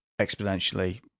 exponentially